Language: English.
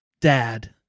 dad